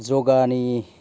यगानि